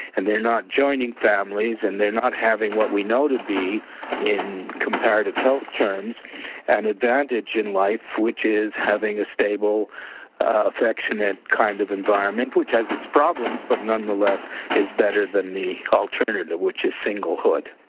and they are not joining families, and they are not having what we know to be in comparative health terms and advantage in life, which is having a stable affectionate kind of environment, which has its problems, but nonetheless is better than the alternative, which is singlehood.